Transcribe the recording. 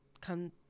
come